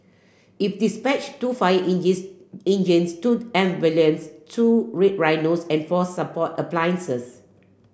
it dispatched two fire engines two ambulances two Red Rhinos and four support appliances